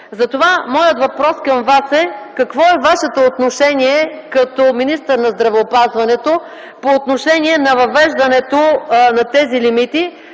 Затова моят въпрос към Вас е: какво е Вашето отношение като министър на здравеопазването по отношение на въвеждането на тези лимити,